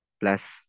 plus